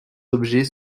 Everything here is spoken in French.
objets